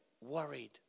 worried